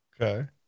Okay